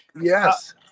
yes